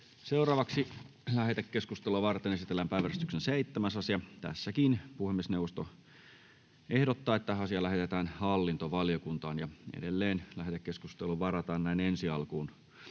Content: Lähetekeskustelua varten esitellään päiväjärjestyksen 7. asia. Puhemiesneuvosto ehdottaa, että asia lähetetään hallintovaliokuntaan. Edelleen lähetekeskusteluun varataan näin ensi alkuun